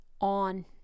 on